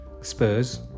spurs